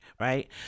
right